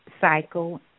cycle